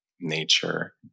nature